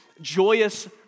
joyous